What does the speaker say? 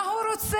מה הוא רוצה?